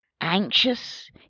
anxious